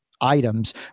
items